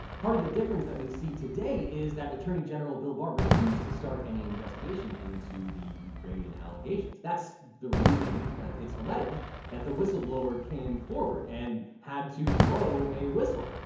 part of the difference that we see today is that attorney general bill barr refused to start any investigation into the ukrainian allegations. that's the reason it's alleged that the whistleblower came forward and had to blow a whistle,